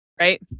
right